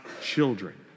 children